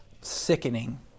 sickening